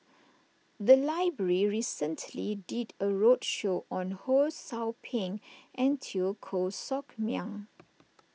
the library recently did a roadshow on Ho Sou Ping and Teo Koh Sock Miang